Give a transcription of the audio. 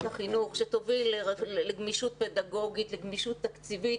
החינוך שתוביל לגמישות פדגוגית ולגמישות תקציבית.